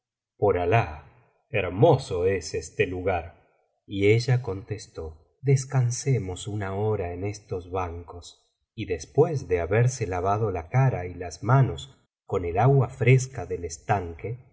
alah hermoso es este lugar f y ella contestó descansemos una hora en estos bancos y después de haberse lavado la cara y las manos con el agua fresca del estanque